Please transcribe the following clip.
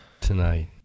tonight